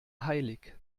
heilig